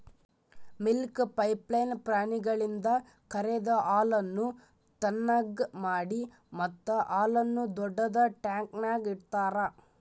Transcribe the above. milk pipeline ಪ್ರಾಣಿಗಳಿಂದ ಕರೆದ ಹಾಲನ್ನು ಥಣ್ಣಗ್ ಮಾಡಿ ಮತ್ತ ಹಾಲನ್ನು ದೊಡ್ಡುದ ಟ್ಯಾಂಕ್ನ್ಯಾಗ್ ಇಡ್ತಾರ